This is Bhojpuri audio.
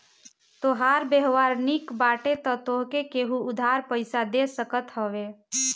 तोहार व्यवहार निक बाटे तअ तोहके केहु उधार पईसा दे सकत हवे